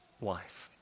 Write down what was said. wife